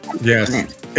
Yes